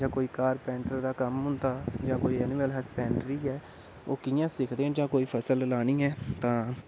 जां कोई कारपैंट्र दा कम्म होंदा जां कोई ऐनीमल हैसबैंड्री ऐ ओह् कि'यां सिखदे न जां कोई फसल लानी ऐ तां